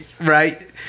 right